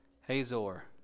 Hazor